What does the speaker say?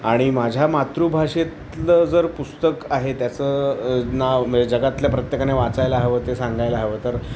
आणि माझ्या मातृभाषेतलं जर पुस्तक आहे त्याचं नाव जगातल्या प्रत्येकाने वाचायला हवं ते सांगायला हवं तर